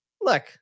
Look